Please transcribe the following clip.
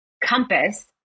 compass